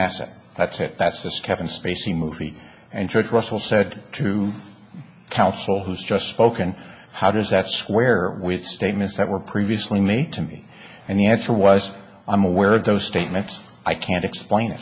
asset that's it that's this kevin spacey movie and such russell said true counsel has just spoken how does that square with statements that were previously made to me and the answer was i'm aware of those statements i can't explain it